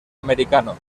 americano